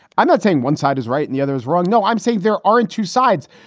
i'm not saying one side is right and the other is wrong. no, i'm saying there aren't two sides.